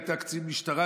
היית קצין משטרה,